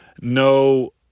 no